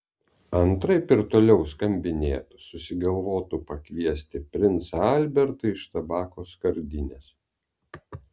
antraip ir toliau skambinėtų susigalvotų pakviesti princą albertą iš tabako skardinės